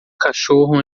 cachorro